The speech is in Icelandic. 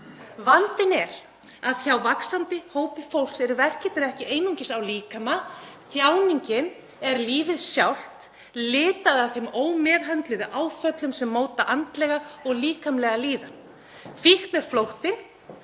Vandinn er að hjá vaxandi hópi fólks eru verkirnir ekki einungis á líkama, þjáningin er lífið sjálft, litað af þeim ómeðhöndluðu áföllum sem móta andlega og líkamlega líðan. Fíkn er flóttinn